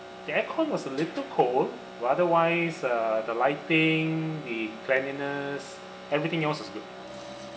the aircon was a little cold otherwise uh the lighting the cleanliness everything else was good